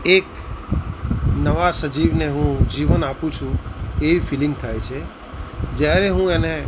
એક નવા સજીવને હું જીવન આપું છું એવી ફીલિંગ થાય છે જ્યારે હું એને